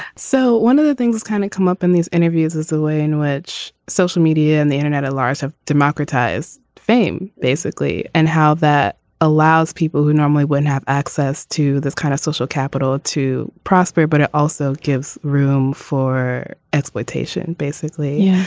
so one of the things kind of come up in these interviews is the way in which social media and the internet at large have democratized fame basically. and how that allows people who normally wouldn't have access to this kind of social capital to prosper. but it also gives room for exploitation basically.